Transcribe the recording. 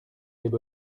l’est